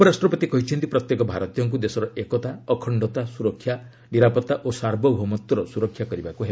ଉପରାଷ୍ଟ୍ରପତି କହିଛନ୍ତି ପ୍ରତ୍ୟେକ ଭାରତୀୟଙ୍କୁ ଦେଶର ଏକତା ଅଖଣ୍ଡତା ସୁରକ୍ଷା ନିରାପତ୍ତା ଓ ସାର୍ବଭୌମତ୍ୱର ସୁରକ୍ଷା କରିବାକୁ ହେବ